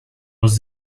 was